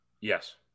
Yes